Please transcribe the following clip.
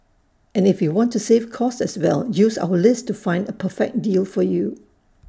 and if you want to save cost as well use our list to find A perfect deal for you